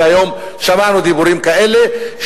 והיום שמענו דיבורים כאלה,